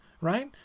right